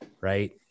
Right